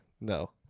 no